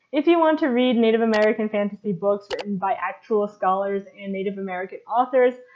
if you want to read native american fantasy books written by actual scholars and native american authors,